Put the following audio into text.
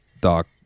Doc